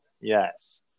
Yes